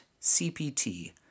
CPT